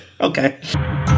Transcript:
Okay